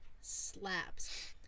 slaps